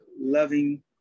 Loving